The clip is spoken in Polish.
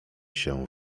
się